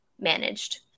managed